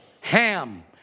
Ham